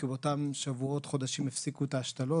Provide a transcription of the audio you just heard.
כי באותם שבועות וחודשים הפסיקו את ההשתלות,